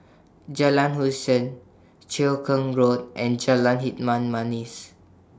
Jalan Hussein Cheow Keng Road and Jalan Hitam Manis